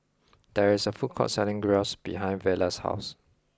there is a food court selling Gyros behind Vela's house